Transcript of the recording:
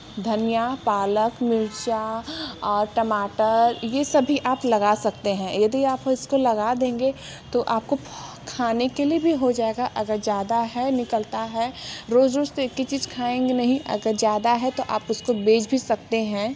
धनिया पालक मिर्च टमाटर ये सभी आप लगा सकते हैं यदि आप इसको लगा देंगे तो आपको खाने के लिए भी हो जाएगा अगर ज़्यादा है निकलता है रोज़ रोज़ तो एक ही चीज़ खाएंगे नहीं अगर ज़्यादा है तो आप उसको बेच भी सकते हैं